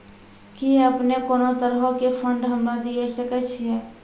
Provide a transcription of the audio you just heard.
कि अपने कोनो तरहो के फंड हमरा दिये सकै छिये?